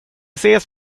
ses